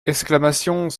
exclamations